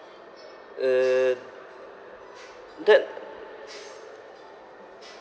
uh that